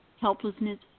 helplessness